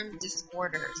disorders